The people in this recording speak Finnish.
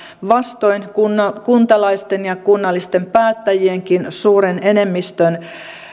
vastoin kuntalaisten ja kunnallisten päättäjienkin suuren enemmistön